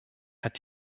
hat